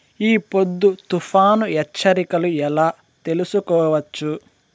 ఈ పొద్దు తుఫాను హెచ్చరికలు ఎలా తెలుసుకోవచ్చు?